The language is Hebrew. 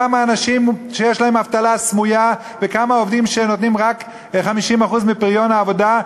כמה אנשים שהם באבטלה סמויה וכמה עובדים שנותנים רק 50% מפריון העבודה,